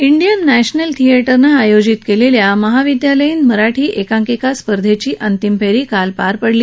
Indian national थिएटरनंआयोजित केलेल्या महाविद्यालयीन मराठी एकांकिका स्पर्धेची अंतिम फेरी काल पार पडली